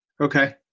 Okay